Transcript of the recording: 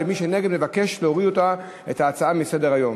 ומי שנגד מבקש להוריד את ההצעה מסדר-היום.